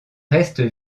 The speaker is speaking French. restent